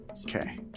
Okay